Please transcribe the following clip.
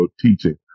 teaching